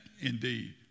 indeed